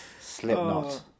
Slipknot